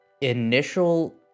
initial